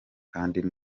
kandi